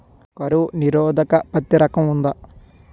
కరువు నిరోధక పత్తి రకం ఉందా?